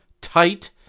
tight